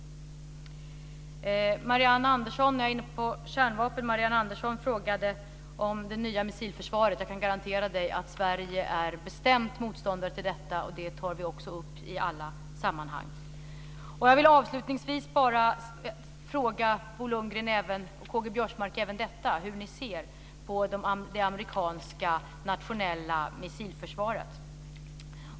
Marianne Andersson frågade om det nya missilförsvaret. Jag kan garantera Marianne Andersson att Sverige är bestämt motståndare till detta. Det tar vi också upp i alla sammanhang. Jag vill avslutningsvis även fråga Bo Lundgren och K-G Biörsmark hur de ser på det amerikanska nationella missilförsvaret.